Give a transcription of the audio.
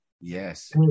Yes